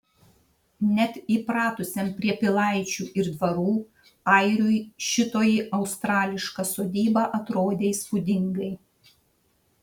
net įpratusiam prie pilaičių ir dvarų airiui šitoji australiška sodyba atrodė įspūdingai